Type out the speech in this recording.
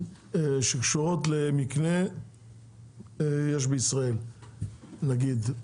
שקשורות למקנה יש בישראל נגיד?